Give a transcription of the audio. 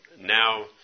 now